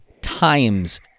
times